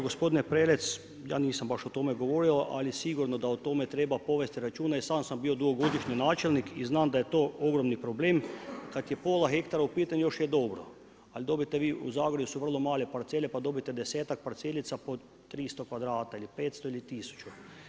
Gospodine Prelec, ja nisam baš o tome govorio, ali sigurno da o tome treba povesti računa jel i sam sam bio dugogodišnji načelnik i znam da je to ogromni problem. kada je pola hektara u pitanju još je dobro, ali dobijete vi u Zagorju su vrlo male parcele pa dobijete desetak parcelica po 300 kvadrata ili 500 ili 1000.